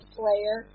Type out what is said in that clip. player